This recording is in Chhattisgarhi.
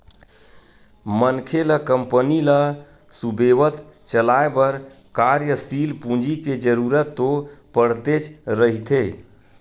मनखे ल कंपनी ल सुबेवत चलाय बर कार्यसील पूंजी के जरुरत तो पड़तेच रहिथे